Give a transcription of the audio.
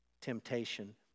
temptation